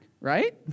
right